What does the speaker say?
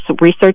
research